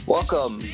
Welcome